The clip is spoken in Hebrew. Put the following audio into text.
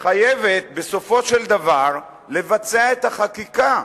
בסופו של דבר לבצע את החקיקה.